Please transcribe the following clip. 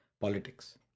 politics